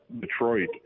Detroit